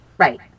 Right